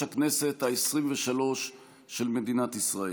הכנסת העשרים-ושלוש של מדינת ישראל.